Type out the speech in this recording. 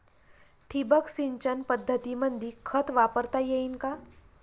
ठिबक सिंचन पद्धतीमंदी खत वापरता येईन का?